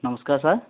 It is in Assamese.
নমস্কাৰ ছাৰ